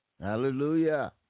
Hallelujah